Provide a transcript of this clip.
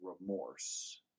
remorse